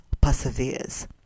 perseveres